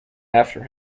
after